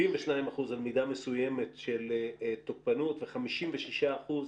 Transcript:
72 אחוזים על מידה מסוימת של תוקפנות ו-56 אחוזים